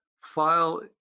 file